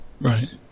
Right